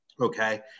Okay